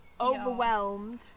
Overwhelmed